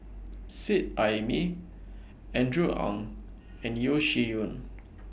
Seet Ai Mee Andrew Ang and Yeo Shih Yun